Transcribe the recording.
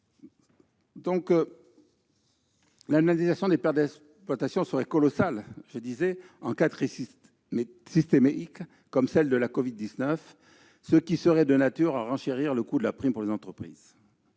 L'indemnisation des pertes d'exploitation serait colossale en cas de crise systémique comme celle de la Covid-19, ce qui serait de nature à renchérir le coût de la prime pour les entreprises.